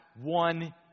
one